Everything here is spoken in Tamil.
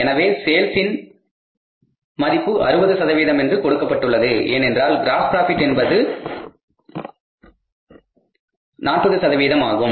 எனவே சேல்ஸின் மதிப்பில் 60 சதவீதம் என்று கொடுக்கப்பட்டுள்ளது ஏனென்றால் க்ராஸ் ப்ராபிட் என்பது 40 சதவீதமாகும்